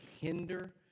hinder